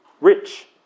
rich